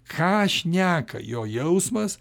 ką šneka jo jausmas